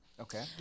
Okay